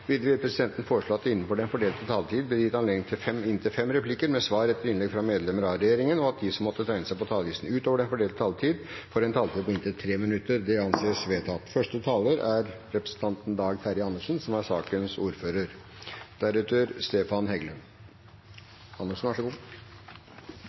Videre vil presidenten foreslå at det – innenfor den fordelte taletid – blir gitt anledning til inntil fem replikker med svar etter innlegg fra medlemmer av regjeringen, og at de som måtte tegne seg på talerlisten utover den fordelte taletid, får en taletid på inntil 3 minutter. – Det anses vedtatt.